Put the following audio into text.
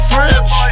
French